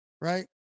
right